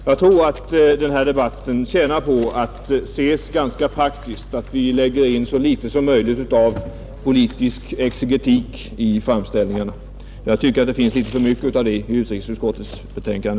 Jag tror att denna debatt tjänar på att ses ganska praktiskt, att vi lägger in så litet som möjligt av politisk exegetik i framställningarna. Jag tycker det finns litet för mycket av det i utrikesutskottets betänkande,